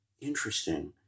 interesting